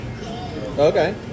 Okay